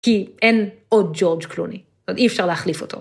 ‫כי אין עוד ג'ורג' קלוני, ‫אז אי אפשר להחליף אותו.